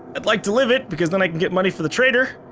i'd like to live it because then i can get money for the trader,